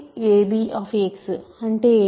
ab అంటే ఏమిటి